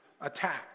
attack